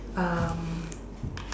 um